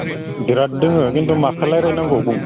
बिराद दङ किन्तु माखौ रायज्लायनांगौ बुं